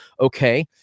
okay